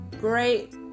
great